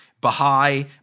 Baha'i